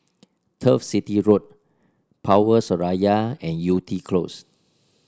Turf City Road Power Seraya and Yew Tee Close